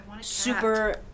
super